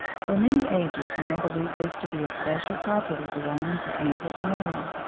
for many ages man believed this to be a special property belonging to amber alone.